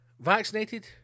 vaccinated